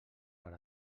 per